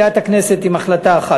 שיגיעו למליאת הכנסת עם החלטה אחת.